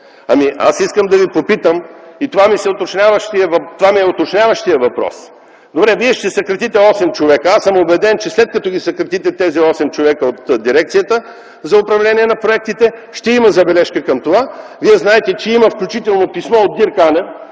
Ами аз искам да Ви попитам и това ми е уточняващият въпрос: добре, Вие ще съкратите 8 човека. Аз съм убеден, че след като ги съкратите тези 8 човека от Дирекцията за управление на проектите, ще има забележка към това. Вие знаете, че има включително писмо от Дирк Анер